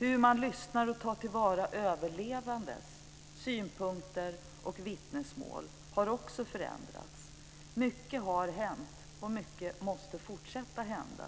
Hur man lyssnar och tar till vara överlevandes synpunkter och vittnesmål har också förändrats. Mycket har hänt, och mycket måste fortsätta att hända.